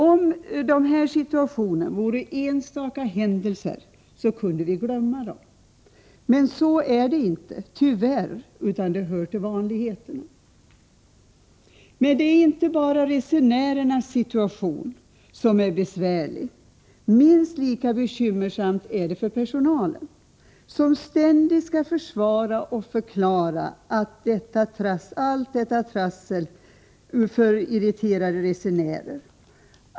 Om detta vore enstaka händelser kunde man glömma dem. Så är det tyvärr inte, utan de hör till vanligheterna. Det är inte bara resenärernas situation som är besvärlig. Minst lika bekymmersamt är det för personalen, som ständigt skall försvara och förklara allt detta trassel inför irriterade resenärer.